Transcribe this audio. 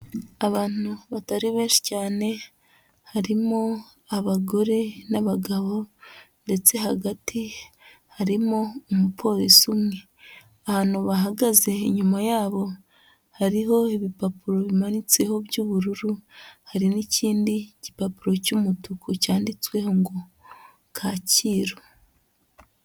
Abantu batari benshi cyane, harimo abagore n'abagabo ndetse hagati harimo umupolisi umwe, ahantu bahagaze inyuma yabo hariho ibipapuro bimanitseho by'ubururu, hari n'ikindi gipapuro cy'umutuku cyanditsweho ngo Kacyiru.